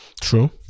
True